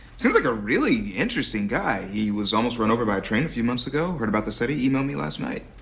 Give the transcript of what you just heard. sounds like a really interesting guy. he was almost run over by a train a few months ago. heard about the study, e-mailed you know me last night.